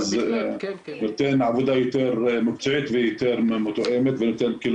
נותן עבודה יותר מקצועית ויותר יעילה.